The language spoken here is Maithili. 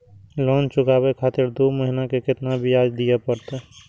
लोन चुकाबे खातिर दो महीना के केतना ब्याज दिये परतें?